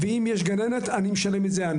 ואם יש גננת אני משלם את זה.